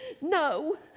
No